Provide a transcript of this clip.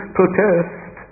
protest